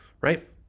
right